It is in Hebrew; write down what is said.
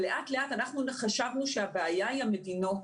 ולאט לאט חשבנו שהבעיה היא המדינות,